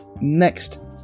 next